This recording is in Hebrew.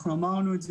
אנחנו אמרנו את זה,